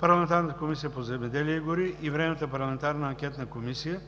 парламентарната Комисия по земеделие и гори и Временната парламентарна анкетна комисия